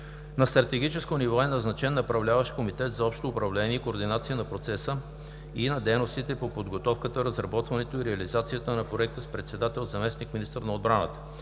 на стратегическо ниво е назначен Направляващ комитет за общо управление и координация на процеса и на дейностите по подготовката, разработването и реализацията на Проекта с председател заместник-министър на отбраната;